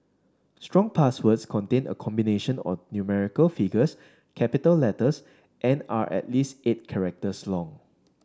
strong passwords contain a combination or numerical figures capital letters and are at least eight characters long